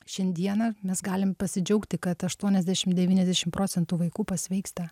šiandieną mes galim pasidžiaugti kad aštuoniasdešim devyniasdešim procentų vaikų pasveiksta